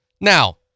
Now